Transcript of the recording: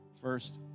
first